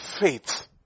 faith